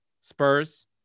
Spurs